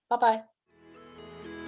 Bye-bye